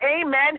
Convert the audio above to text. amen